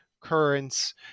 currents